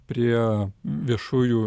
prie viešųjų